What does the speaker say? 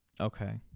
Okay